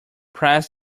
press